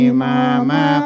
mama